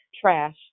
trash